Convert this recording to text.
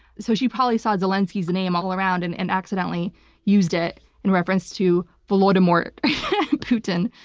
so she probably saw zelensky's name all around and and accidentally used it in reference to voldemort putin.